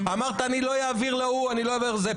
אמרת: אני לא אעביר להוא, אני לא אעביר לזה.